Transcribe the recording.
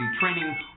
training